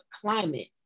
climate